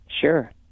Sure